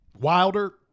Wilder